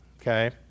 okay